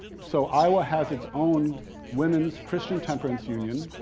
so, iowa has its own women's christian temperance union,